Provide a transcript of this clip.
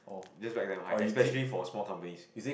just write damn high especially for small companies